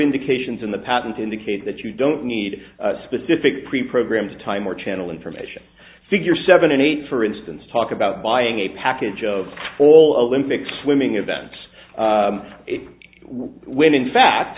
indications in the patent indicate that you don't need specific preprogrammed time or channel information figure seven and eight for instance talk about buying a package of all olympic swimming events when in fact